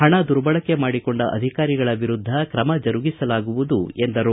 ಹಣ ದುರ್ಬಳಕೆ ಮಾಡಿಕೊಂಡ ಅಧಿಕಾರಿಗಳ ಮೇಲೆ ತ್ರಮ ಜರುಗಿಸಲಾಗುವುದು ಎಂದರು